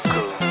Cool